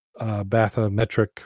bathymetric